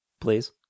Please